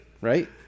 right